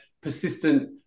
persistent